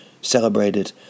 celebrated